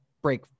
break